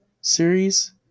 series